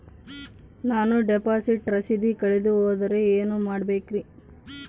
ನಾನು ಡಿಪಾಸಿಟ್ ರಸೇದಿ ಕಳೆದುಹೋದರೆ ಏನು ಮಾಡಬೇಕ್ರಿ?